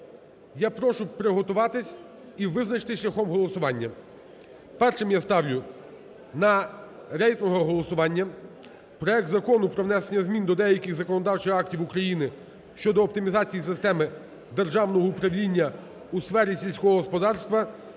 Я прошу приготуватись і визначитись шляхом голосування. Першим я ставлю на рейтингове голосування проект Закону про внесення змін до деяких законодавчих актів України щодо оптимізації системи державного управління у сфері сільського господарства